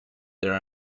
there